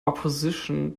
opposition